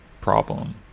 problem